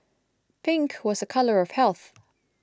pink was a colour of health